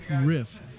riff